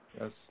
yes